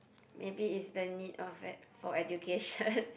maybe is the need of it for education